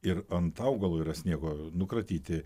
ir ant augalo yra sniego nukratyti